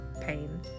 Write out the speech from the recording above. pain